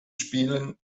spielen